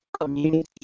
community